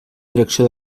direcció